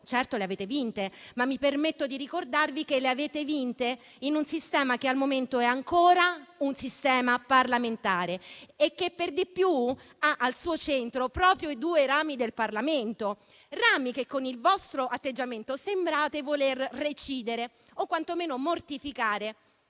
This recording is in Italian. Certo, le avete vinte, ma mi permetto di ricordarvi che le avete vinte in un sistema che al momento è ancora parlamentare e che, per di più, ha al suo centro proprio i due rami del Parlamento, che, con il vostro atteggiamento, sembrate voler recidere o quantomeno mortificare